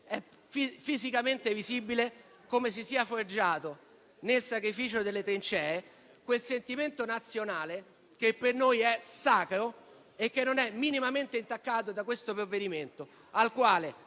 è fisicamente visibile come si sia forgiato, nel sacrificio delle trincee, quel sentimento nazionale che per noi è sacro e non è minimamente intaccato da questo provvedimento, al quale,